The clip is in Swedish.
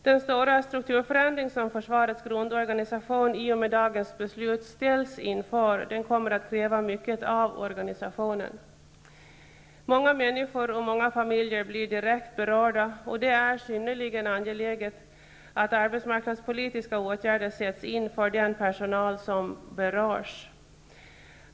Den stora strukturförändring som försvarets grundorganisation i och med dagens beslut ställs inför kommer att kräva mycket av organisationen. Många människor och många familjer blir direkt berörda, och det är synnerligen angeläget att arbetsmarknadspolitiska åtgärder sätts in för den personal som berörs.